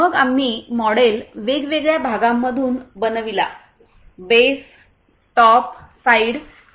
मग आम्ही मॉडेल वेगवेगळ्या भागांमधून बनविला बेस टॉप साइड इ